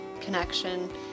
connection